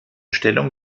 stellung